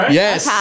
yes